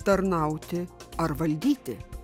tarnauti ar valdyti